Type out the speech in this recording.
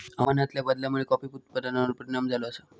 हवामानातल्या बदलामुळे कॉफी उत्पादनार परिणाम झालो आसा